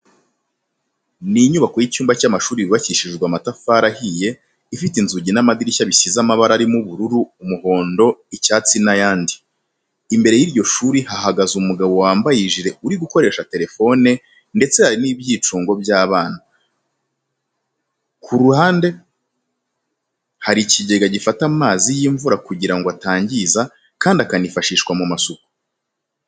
Ni inyubako y'icyumba cy'amashuri yubakishijwe amatafari ahiye, ifite inzugi n'amadirishya bisize amabara arimo ubururu, umuhondo, icyatsi n'ayandi. Imbere y'iryo shuri hahagaze umugabo wambaye ijire uri gukoresha telefone ndetse hari n'ibyicunog by'abana. Ku ruhande hari ikigega gifata amazi y'imvura kugira ngo atangiza kandi akanifashishwa mu masuku.